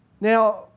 Now